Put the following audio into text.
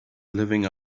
living